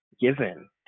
given